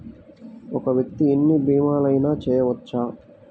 ఒక్క వ్యక్తి ఎన్ని భీమలయినా చేయవచ్చా?